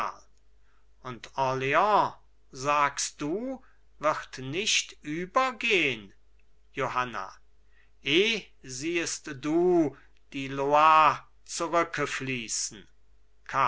und orleans sagst du wird nicht übergehn johanna eh siehest du die loire zurückefließen